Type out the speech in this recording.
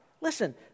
Listen